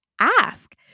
ask